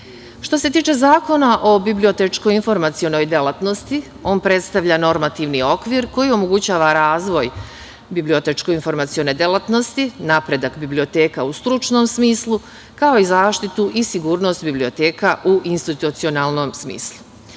se tiče Zakona o bibliotečko-informacionoj delatnosti, on predstavlja normativni okvir koji omogućava razvoj bibliotečko-informacione delatnosti, napredak biblioteka u stručnom smislu, kao i zaštitu i sigurnost biblioteka u institucionalnom smislu. Izmena